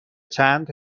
چند